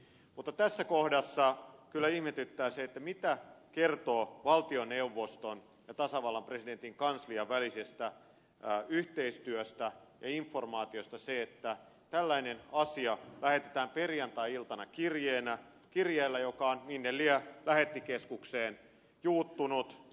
mutta tässä kohdassa kyllä ihmetyttää se mitä kertoo valtioneuvoston ja tasavallan presidentin kanslian välisestä yhteistyöstä ja informaatiosta se että tällainen asia lähetetään perjantai iltana kirjeellä joka on minne lie lähettikeskukseen juuttunut